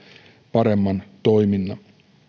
paremman toiminnan